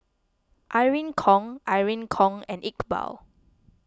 Irene Khong Irene Khong and Iqbal